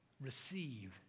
Receive